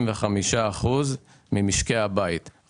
65% ממשקי הבית בישראל ביטחו את דירתם.